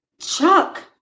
Chuck